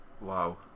wow